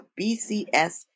BCS